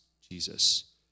Jesus